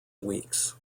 weeks